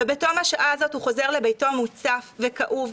ובתום השעה הזאת הוא חוזר לביתו מוצף וכאוב,